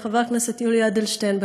חבר הכנסת יולי אדלשטיין,